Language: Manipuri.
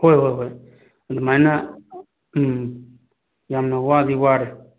ꯍꯣꯏ ꯍꯣꯏ ꯍꯣꯏ ꯑꯗꯨꯃꯥꯏꯅ ꯎꯝ ꯌꯥꯝꯅ ꯋꯥꯗꯤ ꯋꯥꯔꯦ